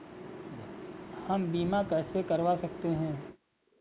हम बीमा कैसे करवा सकते हैं?